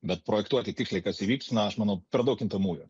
bet projektuoti tiksliai kas įvyks na aš manau per daug kintamųjų